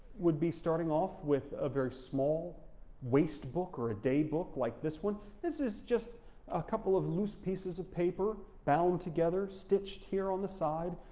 would be starting off with a very small waist book or a day book like this one. this is just a couple of loose pieces of paper bound together, stitched here on the side,